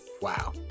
Wow